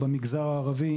היא במגזר הערבי,